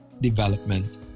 development